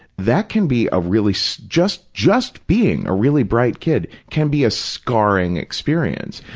that can be a really, so just just being a really bright kid can be a scarring experience,